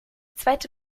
zweite